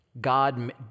God